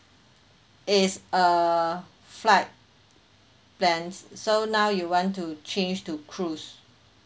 is a flight plans so now you want to change to cruise